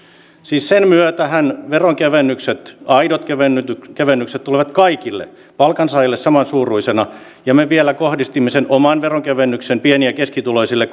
siis sen myötähän veronkevennykset aidot kevennykset kevennykset tulevat kaikille palkansaajille samansuuruisena ja me vielä kohdistimme oman veronkevennyksen pieni ja keskituloisille